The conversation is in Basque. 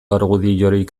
argudiorik